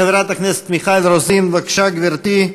חברת הכנסת מיכל רוזין, בבקשה, גברתי.